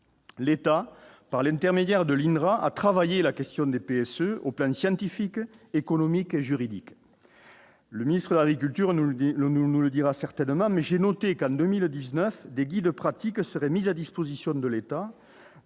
l'État par l'intermédiaire de l'INRA a travaillé la question du PSE au plan scientifique, économique et juridique, le ministre agriculture nous le dit le nous, nous le dira certainement, mais j'ai noté qu'en 2019 des guides pratiques seraient mises à disposition de l'État